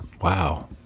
Wow